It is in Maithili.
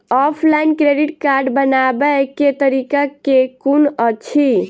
ऑफलाइन क्रेडिट कार्ड बनाबै केँ तरीका केँ कुन अछि?